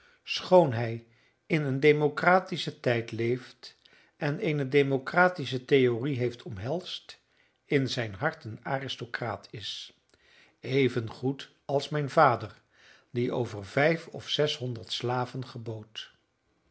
hij in een democratischen tijd leeft en eene democratische theorie heeft omhelsd in zijn hart een aristocraat is evengoed als mijn vader die over vijf of zeshonderd slaven gebood